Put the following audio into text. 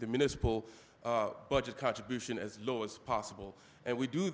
the municipal budget contribution as low as possible and we do